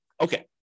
Okay